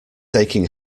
aching